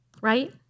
right